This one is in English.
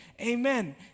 amen